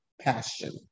passion